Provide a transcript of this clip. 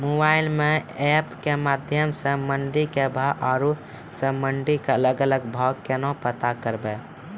Mobile म app के माध्यम सऽ मंडी के भाव औरो सब मंडी के अलग अलग भाव केना पता करबै?